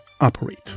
operate